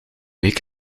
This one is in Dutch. week